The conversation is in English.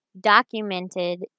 documented